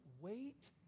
wait